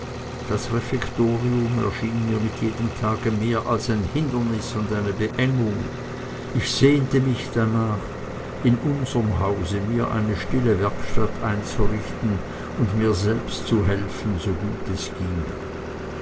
das refektorium erschien mir mit jedem tage mehr als ein hindernis und eine beengung ich sehnte mich darnach in unserm hause mir eine stille werkstatt einzurichten und mir selbst zu helfen so gut es ginge